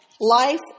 Life